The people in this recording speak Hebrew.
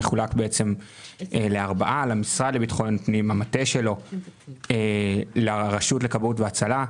הוא מחולק לארבעה: למשרד לביטחון פנים - למטה שלו - לרשות לכבאות והצלה,